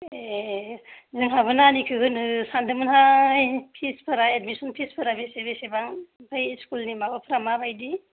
ए जोंहाबो नानिखौ होनो सानदोंहाय फिसफोरा ए़डमिसन फिसफोरा बेसे बेसेबां ओमफ्राय स्कुलनि माबाफोरा मोबायदि